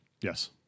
Yes